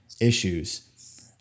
issues